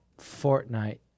Fortnite